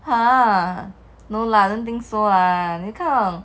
!huh! no lah don't think so lah 你看